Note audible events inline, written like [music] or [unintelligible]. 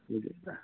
[unintelligible]